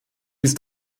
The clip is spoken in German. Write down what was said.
ist